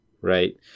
right